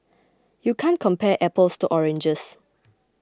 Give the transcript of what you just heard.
you can't compare apples to oranges